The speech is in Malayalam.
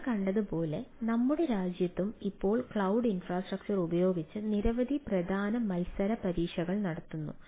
നമ്മൾ കണ്ടതുപോലെ നമ്മുടെ രാജ്യത്തും ഇപ്പോൾ ക്ലൌഡ് ഇൻഫ്രാസ്ട്രക്ച്ചർ ഉപയോഗിച്ച് നിരവധി പ്രധാന മത്സര പരീക്ഷകൾ നടക്കുന്നു